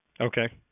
Okay